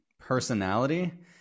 personality